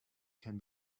can